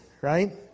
right